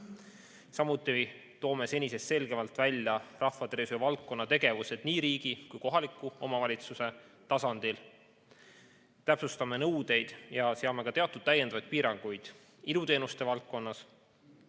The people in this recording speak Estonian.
Samuti toome senisest selgemalt välja rahvatervishoiu valdkonna tegevused nii riigi kui ka kohaliku omavalitsuse tasandil, täpsustame nõudeid ja seame teatud täiendavaid piiranguid iluteenuste valdkonnas,